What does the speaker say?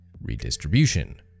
redistribution